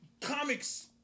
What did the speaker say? comics